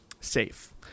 safe